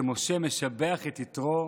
שמשה משבח את יתרו: